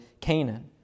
Canaan